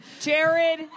Jared